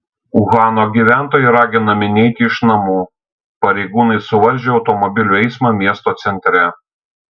uhano gyventojai raginami neiti iš namų pareigūnai suvaržė automobilių eismą miesto centre